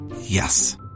Yes